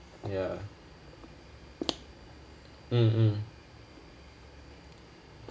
ya mm mm